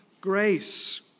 grace